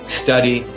study